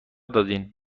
دادین